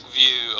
view